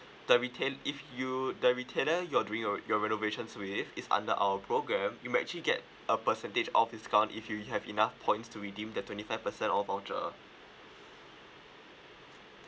the retail if you the retailer you're doing your your reservations with is under our programme you might actually get a percentage of discount if you have enough points to redeem the twenty five percent off voucher